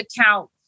account